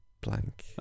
blank